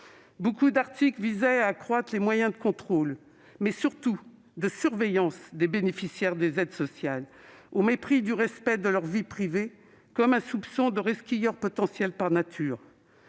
nombreux articles visaient à accroître les moyens de contrôle, mais surtout de surveillance des bénéficiaires des aides sociales, au mépris du respect de leur vie privée, comme si on les soupçonnait d'être, par nature,